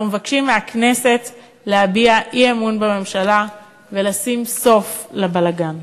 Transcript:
אנחנו מבקשים מהכנסת להביע אי-אמון בממשלה ולשים סוף לבלגן.